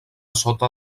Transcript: sota